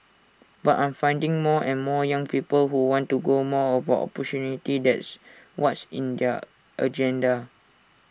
but I'm finding more and more young people who want to go more about opportunity that's what's in their agenda